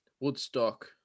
Woodstock